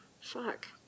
Fuck